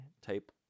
type